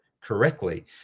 correctly